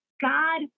God